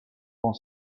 vont